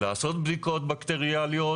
לעשות בדיקות בקטריאליות,